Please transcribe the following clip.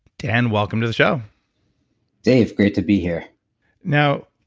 dan, welcome to the show dave, great to be here now,